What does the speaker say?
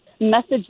message